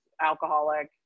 alcoholic